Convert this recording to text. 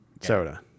soda